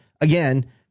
Again